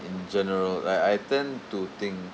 in general I I tend to think